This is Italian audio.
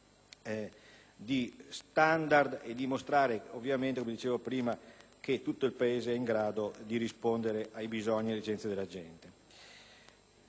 Grazie.